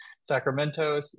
Sacramento